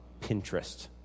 Pinterest